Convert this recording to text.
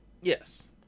Yes